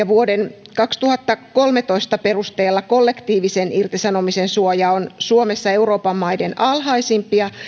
vuoden kaksituhattakolmetoista perusteella kollektiivisen irtisanomisen suoja on suomessa euroopan maiden alhaisimpia